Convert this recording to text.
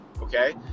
okay